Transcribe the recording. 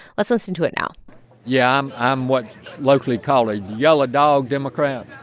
let's listen to it now yeah. i'm what's locally called a yellow dog democrat,